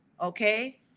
okay